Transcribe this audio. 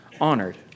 honored